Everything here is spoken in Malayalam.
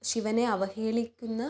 ശിവനെ അവഹേളിക്കുന്ന